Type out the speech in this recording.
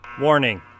Warning